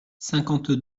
cinquante